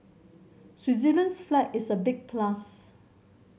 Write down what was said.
Switzerland's flag is a big plus